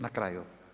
Na kraju.